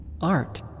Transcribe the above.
Art